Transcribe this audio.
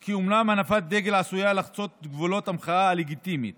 כי אומנם הנפת דגל עשויה לחצות את גבולות המחאה הלגיטימית